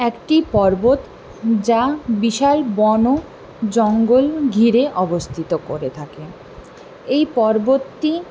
একটি পর্বত যা বিশাল বন ও জঙ্গল ঘিরে অবস্থিত করে থাকে এই পর্বতটি